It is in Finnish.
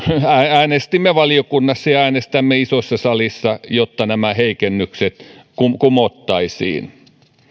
äänestimme valiokunnassa ja äänestämme isossa salissa jotta nämä heikennykset kumottaisiin tämän